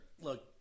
Look